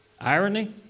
Irony